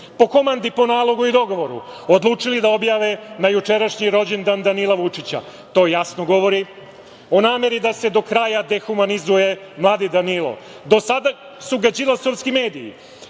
po komandi, nalogu i dogovoru odlučili da objave na jučerašnji rođendan Danila Vučića. To jasno govori o nameri da se do kraja dehumanizuje mladi Danilo. Do sada su ga đilasovski mediji